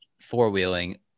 four-wheeling